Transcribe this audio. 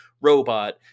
robot